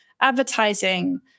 advertising